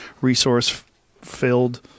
resource-filled